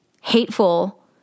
hateful